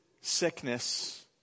sickness